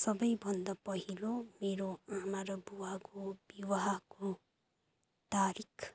सबैभन्दा पहिलो मेरो आमा र बुवाको विवाहको तारिक